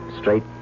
straight